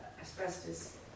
asbestos